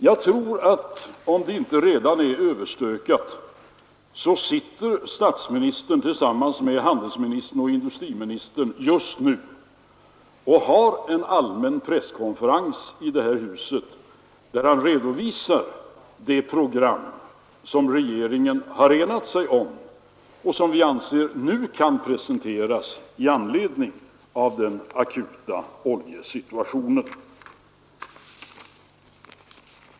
Jag tror att om det inte redan är överstökat så sitter statsministern tillsammans med handelsministern och industriministern just och har en allmän presskonferens här i huset, där han redovisar det program som regeringen har enat sig om och som vi anser nu kan presenteras i anledning av den akuta oljesituationen.